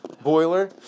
boiler